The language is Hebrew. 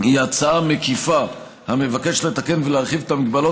היא הצעה מקיפה המבקשת לתקן ולהרחיב את המגבלות